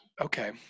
Okay